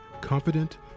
confident